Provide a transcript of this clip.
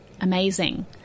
amazing